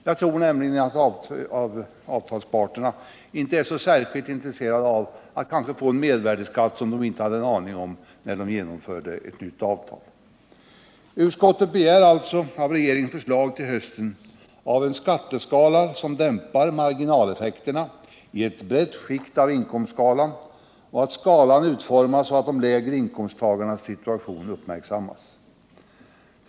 Jag tror nämligen att avtalsparterna inte är särskilt intresserade av att t.ex. få en förändring av mervärdeskatten som de inte hade en aning om när de träffade det nya avtalet. Utskottet begär alltså av regeringen förslag till hösten om en skatteskala som dämpar marginaleffekterna i ett brett skikt av inkomstskalan och att skalan utformas så, att de lägre inkomsttagarnas situation uppmärksammas.